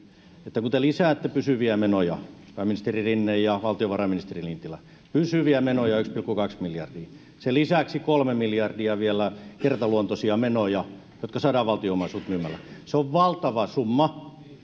että kun te lisäätte pysyviä menoja pääministeri rinne ja valtiovarainministeri lintilä pysyviä menoja yksi pilkku kaksi miljardia sen lisäksi kolme miljardia vielä kertaluontoisia menoja jotka saadaan valtion omaisuus myymällä se on valtava summa